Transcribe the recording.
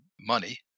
money